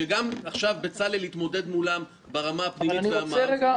שגם עכשיו בצלאל התמודד מולם ברמה הפנימית והמערכתית --- רגע.